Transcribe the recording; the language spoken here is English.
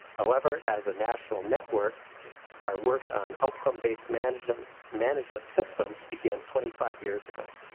however as a national network our work on outcome-based management um management systems began twenty five years ago.